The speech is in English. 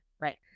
Right